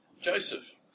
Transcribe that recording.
Joseph